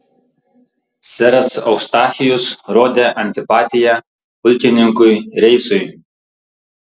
seras eustachijus rodė antipatiją pulkininkui reisui